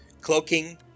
cloaking